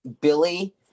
Billy